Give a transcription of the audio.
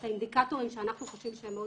האינדיקטורים שאנחנו חושבים שהם מאוד